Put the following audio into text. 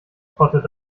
trottet